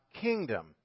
kingdom